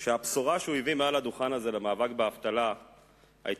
שהבשורה שהוא הביא מעל הדוכן הזה למאבק באבטלה היתה